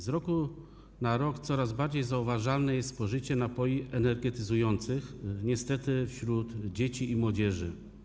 Z roku na rok coraz bardziej zauważalne jest spożycie napojów energetyzujących niestety wśród dzieci i młodzieży.